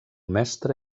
mestre